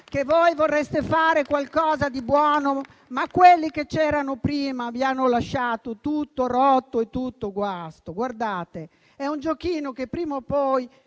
che voi vorreste fare qualcosa di buono, ma quelli che c'erano prima vi hanno lasciato tutto rotto e guasto. Guardate, è un giochino tale per cui prima